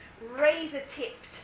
razor-tipped